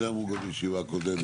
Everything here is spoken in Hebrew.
כן, זה אמרו גם בישיבה הקודמת.